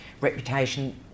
reputation